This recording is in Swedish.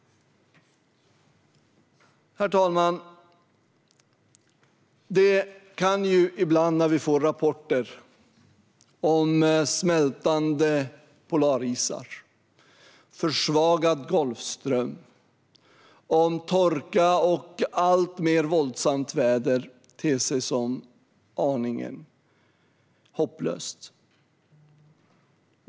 Herr talman! Ibland när vi får rapporter om smältande polarisar, om försvagad golfström, om torka och om alltmer våldsamt väder kan det te sig som aningen hopplöst.